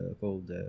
called